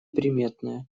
приметная